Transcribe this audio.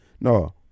No